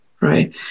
right